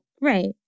Right